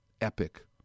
epic